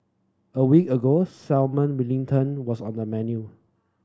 a week ago salmon wellington was on the menu